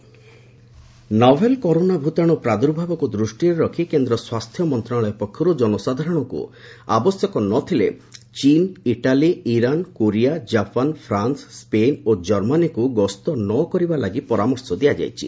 corona travel ଆଡଭାଇକରି novel corona ଭୂତାଣୁ ପ୍ରାଦ୍ର୍ଭାବକୁ ଦୃଷ୍ଟିରେ ରଖି କେନ୍ଦ୍ର ସ୍ୱାସ୍ଥ୍ୟ ମନ୍ତ୍ରଣାଳୟ ପକ୍ଷରୁ ଜନସାଧାରଣଙ୍କୁ ଆବଶ୍ୟକ ନଥିଲେ ଚୀନ Italy Iran Korea Japan France ସ୍କେନ ଓ ଜର୍ମାନୀ ଅଯଥା ଗସ୍ତ ନ କରିବା ଲାଗି ପରାମର୍ଶ ଦିଆଯାଇଛି